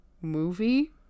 movie